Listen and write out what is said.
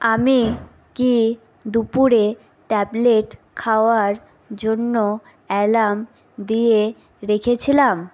আমি কি দুপুরে ট্যাবলেট খাওয়ার জন্য অ্যালার্ম দিয়ে রেখেছিলাম